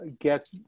get